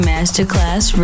Masterclass